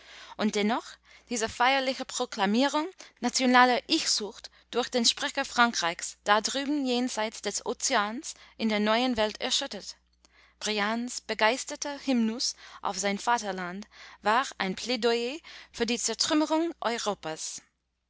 und dennoch diese feierliche proklamierung nationaler ichsucht durch den sprecher frankreichs da drüben jenseits des ozeans in der neuen welt erschüttert briands begeisterter hymnus auf sein vaterland war ein plaidoyer für die zertrümmerung europas